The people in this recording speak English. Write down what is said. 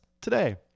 today